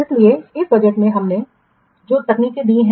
इसलिए इस बजट में हमने जो तकनीकें दी हैं